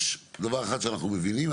יש דבר אחד שאנחנו מבינים.